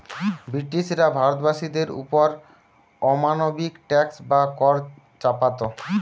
ব্রিটিশরা ভারতবাসীদের ওপর অমানবিক ট্যাক্স বা কর চাপাত